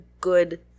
good